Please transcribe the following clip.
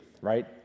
right